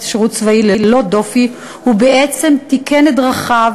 שירות צבאי ללא דופי הוא בעצם תיקן את דרכיו,